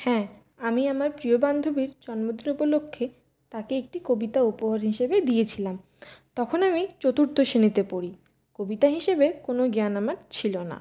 হ্যাঁ আমি আমার প্রিয় বান্ধবীর জন্মদিন উপলক্ষে তাকে একটি কবিতা উপহার হিসাবে দিয়েছিলাম তখন আমি চতুর্থ শ্রেণীতে পড়ি কবিতা হিসাবে কোনো জ্ঞান আমার ছিলো না